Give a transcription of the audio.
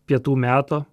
pietų meto